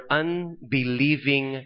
unbelieving